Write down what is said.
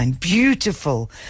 Beautiful